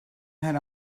her